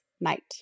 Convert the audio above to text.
Night